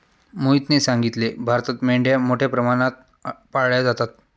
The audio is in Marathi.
मोहितने सांगितले, भारतात मेंढ्या मोठ्या प्रमाणात पाळल्या जातात